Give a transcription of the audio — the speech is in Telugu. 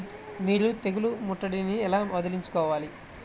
మీరు తెగులు ముట్టడిని ఎలా వదిలించుకోవాలి?